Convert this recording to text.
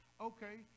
Okay